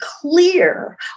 clear